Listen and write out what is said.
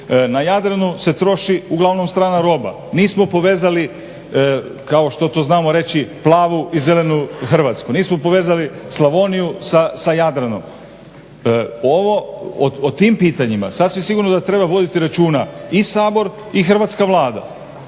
na Jadranu se troši uglavnom strana roba, nismo povezali kao što to znamo reći plavu i zelenu Hrvatsku, nismo povezali Slavoniju sa Jadranom. O tim pitanjima sasvim sigurno da treba voditi računa i Sabor i hrvatska Vlada.